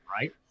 right